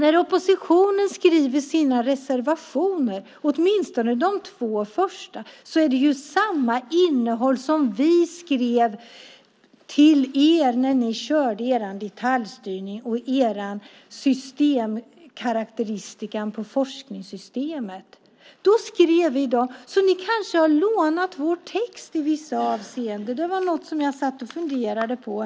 I oppositionens reservationer - åtminstone de två första - är det samma innehåll som i det vi skrev till er när ni körde er detaljstyrning och er systemkaraktäristika på forskningssystemet. Ni kanske har lånat vår text i vissa avseenden. Det är något som jag funderar på.